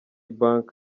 bank